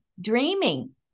dreaming